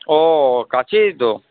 ও কাছেই তো